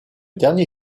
dernier